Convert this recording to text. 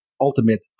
ultimate